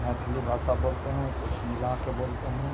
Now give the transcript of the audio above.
मैथिली भाषा बोलते हैं कुछ मिलाकर बोलते हैं